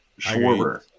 Schwarber